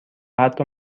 حتی